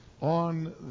on